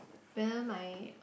parent my